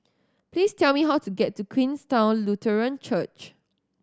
please tell me how to get to Queenstown Lutheran Church